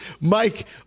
Mike